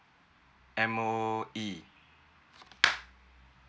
M_O_E